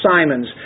Simons